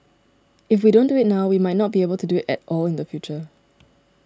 if we don't do it now we might not be able do it at all in the future